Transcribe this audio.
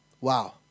Wow